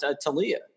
Talia